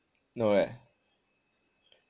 no leh